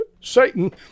Satan